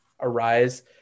arise